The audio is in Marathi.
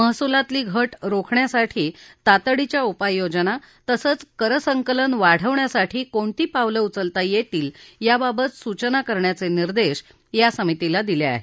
महसुलातली घट रोखण्यासाठी तातडीच्या उपाययोजना तसंच कर संकलन वाढवण्यासाठी कोणती पावलं उचलता येतील याबाबत सूचना करण्याचे निर्देश या समितीला दिले आहेत